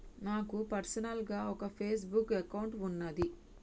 నాకు పర్సనల్ గా ఒక ఫేస్ బుక్ అకౌంట్ వున్నాది